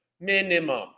minimum